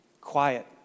quiet